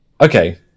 Okay